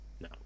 no